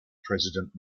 president